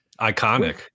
Iconic